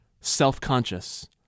self-conscious